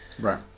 Right